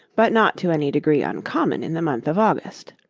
but not to any degree uncommon in the month of august.